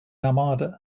narmada